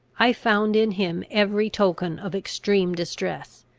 i found in him every token of extreme distress,